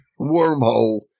wormhole